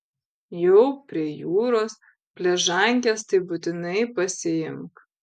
jau prie jūros pležankes tai būtinai pasiimk